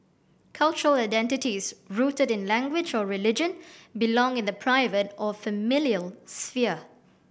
cultural identities rooted in language or religion belong in the private or familial sphere